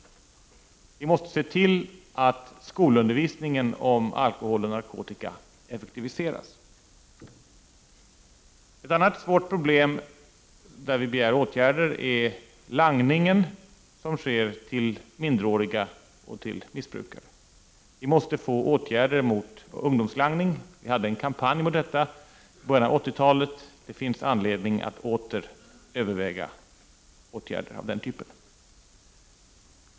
Vi måste se till att skolundervisningen om alkohol och narkotika effektiviseras. Ett annat svårt problem, som vi begär åtgärder emot, är langningen till minderåriga och missbrukare. Vi måste få till stånd åtgärder mot ungdomslangningen. Vi hade en kampanj mot ungdomslangning i början av 80-talet. Det finns anledning att åter överväga åtgärder av den typen.